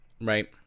Right